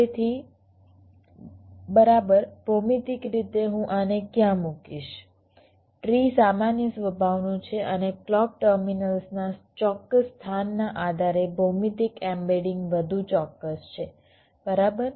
તેથી બરાબર ભૌમિતિક રીતે હું આને ક્યાં મૂકીશ ટ્રી સામાન્ય સ્વભાવનું છે અને ક્લૉક ટર્મિનલ્સના ચોક્કસ સ્થાનના આધારે ભૌમિતિક એમ્બેડિંગ વધુ ચોક્કસ છે બરાબર